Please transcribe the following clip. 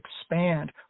expand